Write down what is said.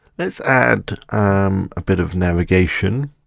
let's add um a bit of navigation.